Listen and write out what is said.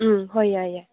ꯎꯝ ꯍꯣꯏ ꯌꯥꯏ ꯌꯥꯏ